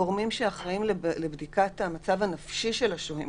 יש גם גורמים שאחראים לבדיקת המצב הנפשי של השוהים.